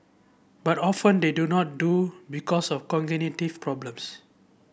but often they do not do because of cognitive problems